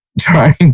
trying